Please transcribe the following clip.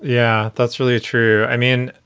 yeah. that's really true. i mean,